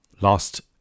last